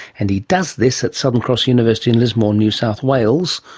and he does this at southern cross university in lismore, new south wales,